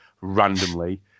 randomly